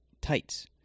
tights